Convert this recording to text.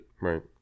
Right